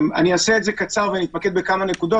אני אדבר בקצרה ואני אתמקד בכמה נקודות.